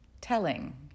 telling